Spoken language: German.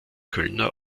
kölner